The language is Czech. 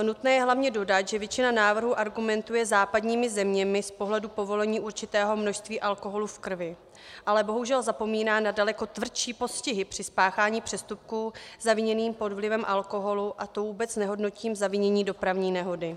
Nutné je hlavně dodat, že většina návrhů argumentuje západními zeměmi z pohledu povolení určitého množství alkoholu v krvi, ale bohužel zapomíná na daleko tvrdší postihy při spáchání přestupků zaviněných pod vlivem alkoholu, a to vůbec nehodnotím zavinění dopravní nehody.